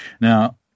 Now